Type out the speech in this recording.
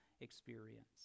experience